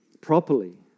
properly